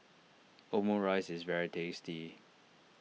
Omurice is very tasty